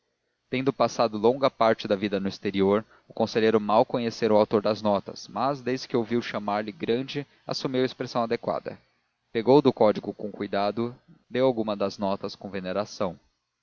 tendo passado longa parte da vida no exterior o conselheiro mal conhecera o autor das notas mas desde que ouviu chamar-lhe grande assumiu a expressão adequada pegou do código com cuidado leu algumas das notas com veneração